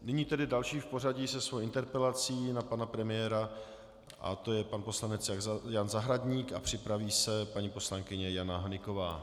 Nyní tedy další v pořadí se svou interpelací na pana premiéra a to je pan poslanec Jan Zahradník, připraví se paní poslankyně Jana Hnyková.